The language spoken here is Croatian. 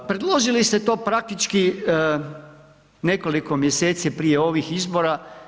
Predložili ste to praktički nekoliko mjeseci prije ovih izbora.